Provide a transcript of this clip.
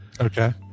Okay